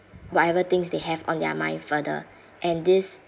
whatever things they have on their mind further and this